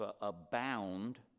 abound